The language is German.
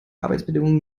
arbeitsbedingungen